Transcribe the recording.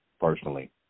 personally